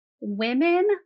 Women